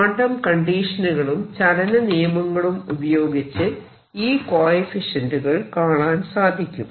quantum കണ്ടീഷനുകളും ചലന നിയമങ്ങളും ഉപയോഗിച്ച് ഈ കോയെഫിഷ്യന്റുകൾ കാണാൻ സാധിക്കും